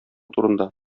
турында